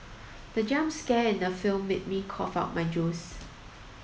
the jump scare in the film made me cough out my juice